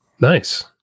Nice